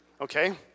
okay